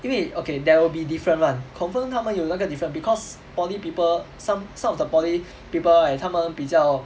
因为 okay there will be different one confirmed 他们有那个 different because poly people some some of the poly people right 他们比较